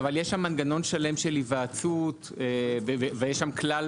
אבל יש שם מנגנון שלם של היוועצות ויש כלל